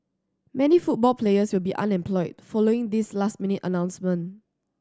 many football players will be unemployed following this last minute announcement